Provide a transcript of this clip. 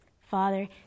Father